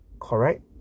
correct